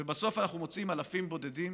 ובסוף אנחנו מוצאים אלפים בודדים